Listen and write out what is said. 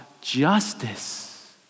justice